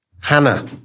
Hannah